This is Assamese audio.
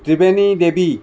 ত্ৰিবেণী দেৱী